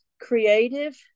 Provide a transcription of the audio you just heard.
Creative